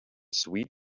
sweet